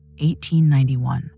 1891